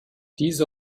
diese